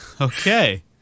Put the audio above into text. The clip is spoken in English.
Okay